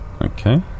Okay